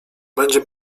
będzie